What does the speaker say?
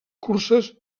curses